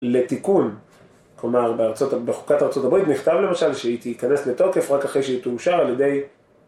לתיקון, כלומר בחוקת ארה״ב נכתב למשל שהיא תיכנס לתוקף רק אחרי שהיא תאושר על ידי